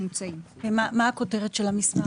מה כותרת המסמך?